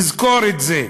תזכור את זה.